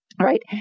Right